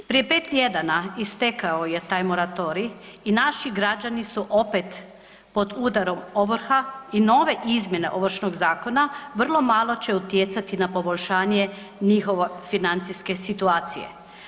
Prije pet tjedana istekao je taj moratorij i naši građani su opet pod udarom ovrha i nove izmjene Ovršnog zakona vrlo malo će utjecati na poboljšanje njihove financijske situacije.